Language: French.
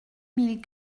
mille